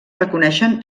reconeixen